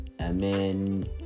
amen